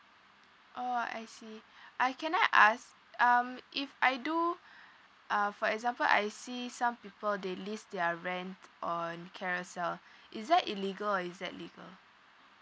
oh I see uh can I ask um if I do uh for example I see some people they lease their rent on carousell is that illegal or is that legal